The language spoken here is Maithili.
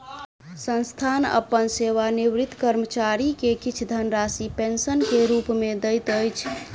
संस्थान अपन सेवानिवृत कर्मचारी के किछ धनराशि पेंशन के रूप में दैत अछि